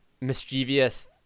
mischievous